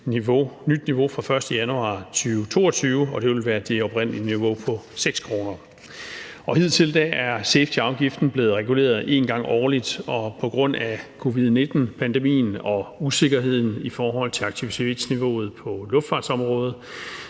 nyt niveau fra 1. januar 2022, og det vil være det oprindelige niveau på 6 kr. Hidtil er safetyafgiften blevet reguleret en gang årligt, men på grund af covid-19-pandemien og usikkerheden i forhold til aktivitetsniveauet på luftfartsområdet